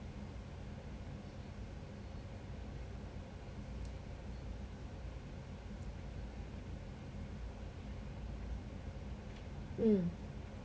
mm